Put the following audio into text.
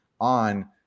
on